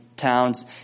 towns